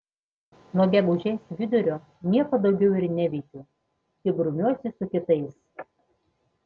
nuo gegužės vidurio nieko daugiau ir neveikiu tik grumiuosi su kitais